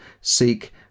seek